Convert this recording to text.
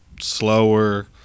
slower